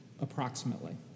approximately